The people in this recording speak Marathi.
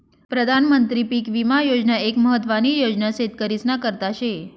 प्रधानमंत्री पीक विमा योजना एक महत्वानी योजना शेतकरीस्ना करता शे